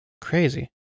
Crazy